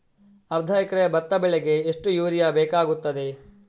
ಅರ್ಧ ಎಕರೆ ಭತ್ತ ಬೆಳೆಗೆ ಎಷ್ಟು ಯೂರಿಯಾ ಬೇಕಾಗುತ್ತದೆ?